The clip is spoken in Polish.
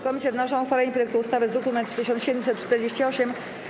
Komisje wnoszą o uchwalenie projektu ustawy z druku nr 1748.